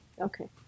Okay